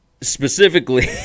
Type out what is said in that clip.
specifically